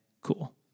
cool